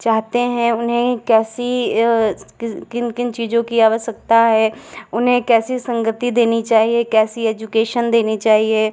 चाहते हैं उन्हें कैसी कि किन किन चीज़ों की आवश्यकता है उन्हें कैसी संगति देनी चाहिए कैसी एजुकेशन देनी चाहिए